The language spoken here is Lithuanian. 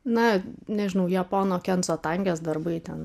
na nežinau japono kendzo tangės darbai ten